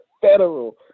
Federal